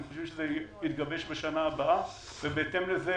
הם חושבים שזה יתגבש בשנה הבאה ובהתאם לזה